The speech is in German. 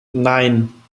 nein